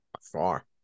far